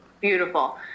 beautiful